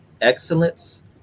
excellence